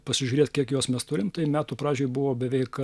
pasižiūrėt kiek jos mes turim tai metų pradžioj buvo beveik